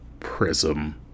prism